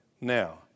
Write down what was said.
Now